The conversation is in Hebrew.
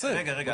רגע, רגע, רגע.